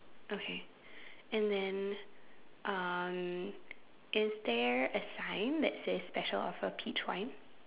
okay and then um is there a sign that says special offer peach wine